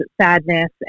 sadness